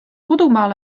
kodumaal